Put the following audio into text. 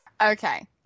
Okay